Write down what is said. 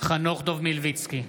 חנוך דב מלביצקי,